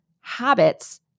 habits